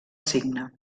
cigne